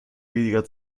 weniger